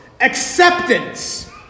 acceptance